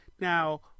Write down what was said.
Now